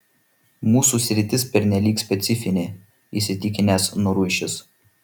mūsų sritis pernelyg specifinė įsitikinęs noruišis